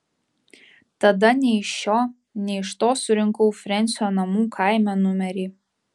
tada nei iš šio nei iš to surinkau frensio namų kaime numerį